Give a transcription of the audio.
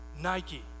Nike